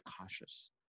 cautious